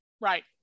Right